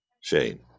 Shane